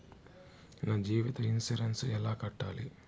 నా జీవిత ఇన్సూరెన్సు ఎలా కట్టాలి?